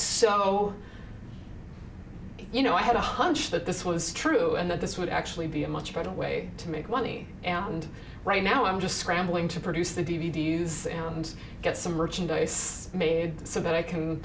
so you know i had a hunch that this was true and that this would actually be a much better way to make money and right now i'm just scrambling to produce the d v d s and get some rich and it's made so that i can